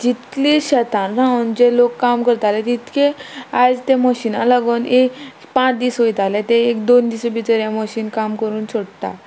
जितली शेतान रावन जे लोक काम करताले तितके आयज ते मशिना लागोन एक पांच दीस वयताले ते एक दोन दिसा भितर हें मशीन काम करून सोडटा